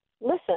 listen